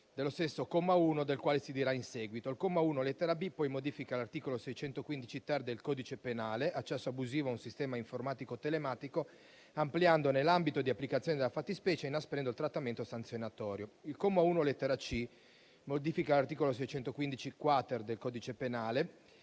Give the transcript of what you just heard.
dello stesso comma 1, del quale si dirà in seguito. Il comma 1, lettera *b)*, modifica poi l'articolo 615-*ter* del codice penale (accesso abusivo a un sistema informatico telematico), ampliandone l'ambito di applicazione della fattispecie e inasprendo il trattamento sanzionatorio. Il comma 1, lettera *c)*, modifica l'articolo 615-*quater* del codice penale